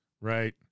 right